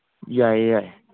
ꯌꯥꯏꯌꯦ ꯌꯥꯏꯌꯦ